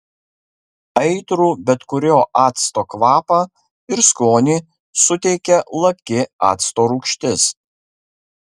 aitrų bet kurio acto kvapą ir skonį suteikia laki acto rūgštis